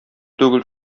түгел